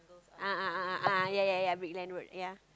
a'ah a'ah a'ah ya ya ya big land word ya